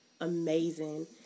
amazing